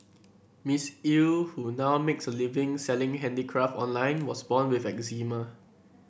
Miss Eu who now makes a living selling handicraft online was born with eczema